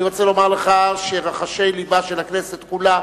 אני רוצה לומר לך שרחשי לבה של הכנסת כולה,